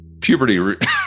puberty